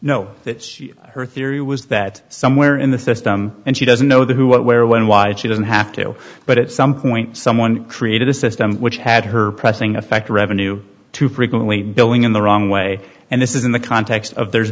that her theory was that somewhere in the system and she doesn't know the who what where when why she doesn't have to but at some point someone created a system which had her pressing affect revenue to prevent billing in the wrong way and this is in the context of the